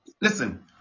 listen